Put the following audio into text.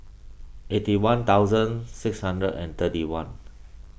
eighty one thousand six hundred and thirty one